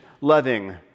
loving